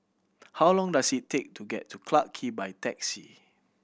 how long does it take to get to Clarke Quay by taxi